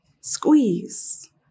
squeeze